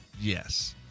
Yes